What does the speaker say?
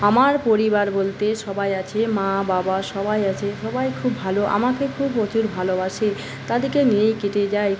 আমার পরিবার বলতে সবাই আছে মা বাবা সবাই আছে সবাই খুব ভালো আমাকে খুব প্রচুর ভালোবাসে তাদেরকে নিয়েই কেটে যায়